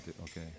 okay